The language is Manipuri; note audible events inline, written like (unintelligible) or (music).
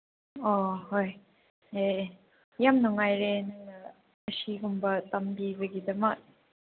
ꯑꯣ ꯍꯣꯏ ꯌꯥꯝ ꯅꯨꯡꯉꯥꯏꯔꯦ (unintelligible) ꯑꯁꯤꯒꯨꯝꯕ ꯇꯝꯕꯤꯕꯒꯤꯗꯃꯛ